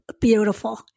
beautiful